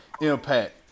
Impact